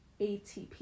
ATP